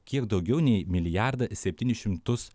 kiek daugiau nei milijardą septynis šimtus